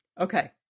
Okay